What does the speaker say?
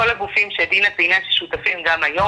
הגופים שדינה ציינה ששותפים גם היום,